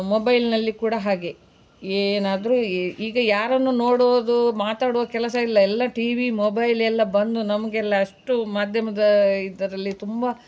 ಮೊಬೈಲಿನಲ್ಲಿ ಕೂಡ ಹಾಗೆ ಏನಾದರು ಈಗ ಯಾರನ್ನು ನೋಡುವುದು ಮಾತಾಡುವ ಕೆಲಸ ಇಲ್ಲ ಎಲ್ಲ ಟೀ ವಿ ಮೊಬೈಲ್ ಎಲ್ಲ ಬಂದು ನಮಗೆಲ್ಲ ಅಷ್ಟು ಮಾಧ್ಯಮದ ಇದರಲ್ಲಿ ತುಂಬ